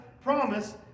promise